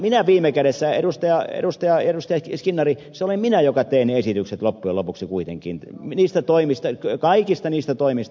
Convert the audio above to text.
skinnari viime kädessä se olen minä joka teen ne esitykset loppujen lopuksi kuitenkin kaikista niistä toimista